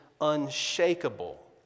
unshakable